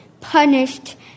punished